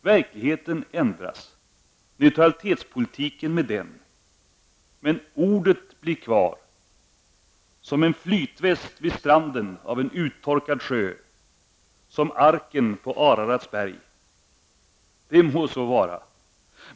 Verkligheten ändras, neutralitetspolitiken med den. Men ordet blir kvar, som en flytväst vid stranden av en uttorkad sjö, som arken på Ararats berg. Det må så vara!